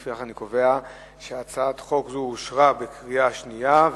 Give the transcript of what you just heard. לפיכך, אני קובע שהצעת חוק זו אושרה בקריאה שנייה.